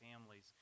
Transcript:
families